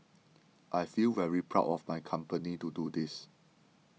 I feel very proud of my company to do this